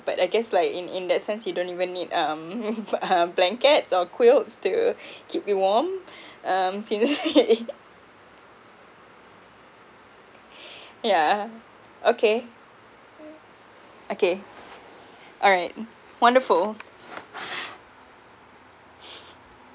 but I guess like in in that sense you don't even need um um blankets or quilts to keep you warm um since it yeah okay okay all right wonderful